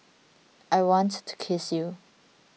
I want to kiss you